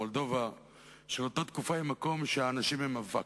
מולדובה של אותה תקופה היא מקום שבו האנשים הם אבק,